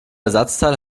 ersatzteil